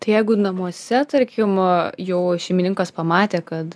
tai jeigu namuose tarkim jau šeimininkas pamatė kad